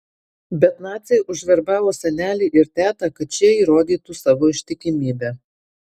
bet naciai užverbavo senelį ir tetą kad šie įrodytų savo ištikimybę